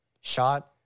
shot